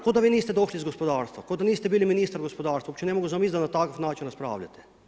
Kao da vi niste došli iz gospodarstva, kao da niste bili ministar gospodarstva, uopće ne mogu zamisliti da na takav način raspravljate.